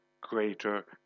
greater